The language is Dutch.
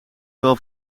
wel